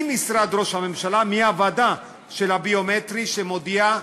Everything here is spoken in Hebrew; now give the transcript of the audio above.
ממשרד ראש הממשלה, מהוועדה של הביומטרי שמודיעה: